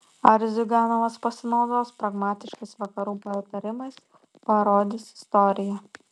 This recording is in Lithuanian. ar ziuganovas pasinaudos pragmatiškais vakarų patarimais parodys istorija